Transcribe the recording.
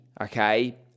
okay